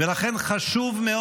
ולכן חשוב,